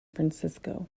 francisco